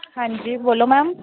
ਹਾਂਜੀ ਬੋਲੋ ਮੈਮ